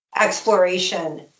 exploration